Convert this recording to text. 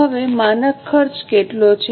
હવે માનક ખર્ચ કેટલો છે